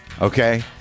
Okay